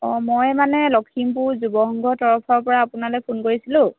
অ' মই মানে লখিমপুৰ যুৱ সংঘৰ তৰফৰ পৰা আপোনালৈ ফোন কৰিছিলোঁ